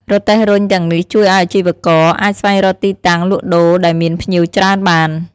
រទេះរុញទាំងនេះជួយឱ្យអាជីវករអាចស្វែងរកទីតាំងលក់ដូរដែលមានភ្ញៀវច្រើនបាន។